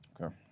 Okay